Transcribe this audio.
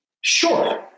Sure